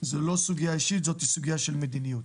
זו לא סוגיה אישית זו סוגיה של מדיניות.